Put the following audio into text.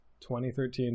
2013